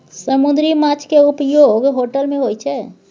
समुन्दरी माछ केँ उपयोग होटल मे होइ छै